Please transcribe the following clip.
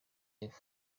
live